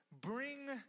bring